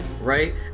right